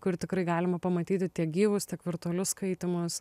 kur tikrai galima pamatyti tiek gyvus tiek virtualius skaitymus